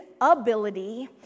ability